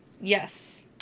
Yes